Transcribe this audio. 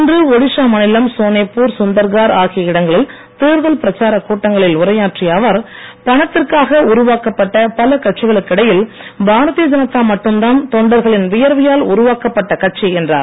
இன்று ஒடிஷா மாநிலம் சோனேப்பூர் சுந்தர்கார் ஆகிய இடங்களில் தேர்தல் பிரச்சாரக் கூட்டங்களில் உரையாற்றிய அவர் பணத்திற்காக உருவாக்கப் பட்ட பல கட்சிகளுக்கிடையில் பாரதிய ஜனதா மட்டும்தான் தொண்டர்களின் வியர்வையால் உருவாக்கப்பட்ட கட்சி என்றார்